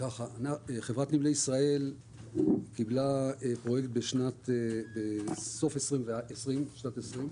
חברת נמלי ישראל קיבלה פרויקט בסוף שנת 20'